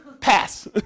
Pass